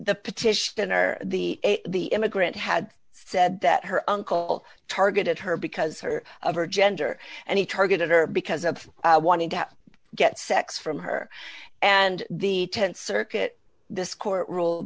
the petitioner the the immigrant had said that her uncle targeted her because her of her gender and he targeted her because of wanting to get sex from her and the th circuit this court ruled